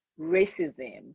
racism